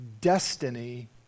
destiny